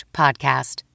podcast